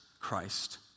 Christ